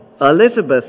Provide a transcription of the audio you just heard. Elizabeth